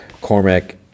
cormac